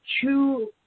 two